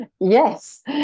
Yes